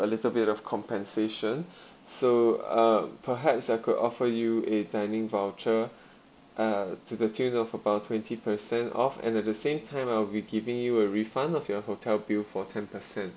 a little bit of compensation so uh perhaps I could offer you a dining voucher uh to the tune of about twenty percent off and at the same time I'll be giving you a refund of your hotel bill for ten percent